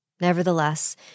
Nevertheless